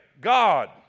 God